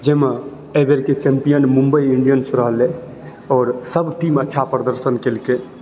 जैमे अइ बेरके चैम्पियन मुम्बइ इण्डियंस रहलइ आओर सभ टीम अच्छा प्रदर्शन कयलकइ